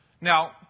Now